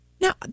Now